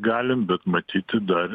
galim matyti dar